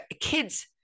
kids